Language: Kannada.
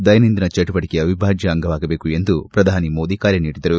ದೈನಂದಿನ ಚಟುವಟಿಕೆಯ ಅವಿಭಾಜ್ಯ ಅಂಗವಾಗಬೇಕು ಎಂದು ಪ್ರಧಾನಿ ಮೋದಿ ಕರೆ ನೀಡಿದರು